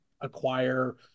acquire